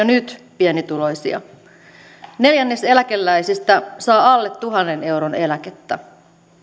nyt pienituloisia neljännes eläkeläisistä saa alle tuhannen euron eläkettä